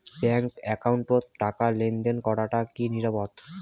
Bank একাউন্টত টাকা লেনদেন করাটা কি নিরাপদ?